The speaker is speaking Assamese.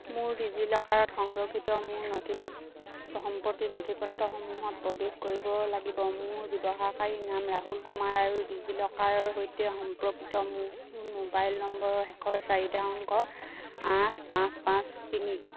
মই ডিজিলকাৰত সংৰক্ষিত মোৰ নথিপত্ৰৰ সম্পত্তিৰ নথিপত্ৰসমূহত প্ৰৱেশ কৰিব লাগিব মোৰ ব্যৱহাৰকাৰীনাম ৰাহুল কুমাৰ আৰু ডিজিলকাৰৰ সৈতে সম্পৰ্কিত মোৰ মোবাইল নম্বৰৰ শেষৰ চাৰিটা অংক আঠ পাঁচ পাঁচ তিনি